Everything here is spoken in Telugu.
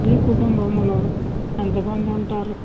మీ కుటుంబములో ఎంతమంది ఉంటారు